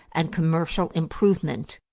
and commercial improvement.